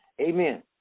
Amen